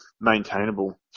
maintainable